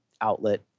outlet